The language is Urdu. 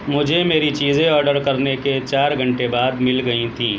مجھے میری چیزیں آڈر کرنے کے چار گھنٹے بعد مل گئی تھی